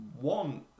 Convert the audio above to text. one